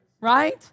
right